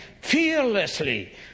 fearlessly